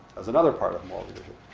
that's another part of moral leadership.